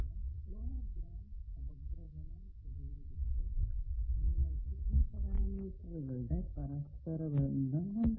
ഇനി മൂന്നാമത്തെ ടൂൾ ആയ ഫ്ലോ ഗ്രാഫ് അപഗ്രഥനം ഉപയോഗിച്ചും നിങ്ങൾക്കു ഈ പരാമീറ്ററുകളുടെ പരസ്പര ബന്ധം കണ്ടെത്താം